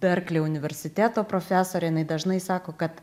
berklio universiteto profesorė jinai dažnai sako kad